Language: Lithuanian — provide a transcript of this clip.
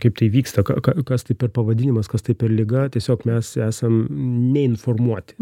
kaip tai vyksta ką ką kas tai per pavadinimas kas tai per liga tiesiog mes esam neinformuoti